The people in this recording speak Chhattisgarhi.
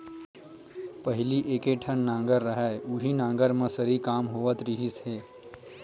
पहिली एके ठन नांगर रहय उहीं नांगर म सरी काम होवत रिहिस हे